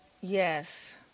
Yes